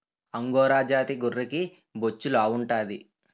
angora జాతి గొర్రెకి బొచ్చు లావుంటాది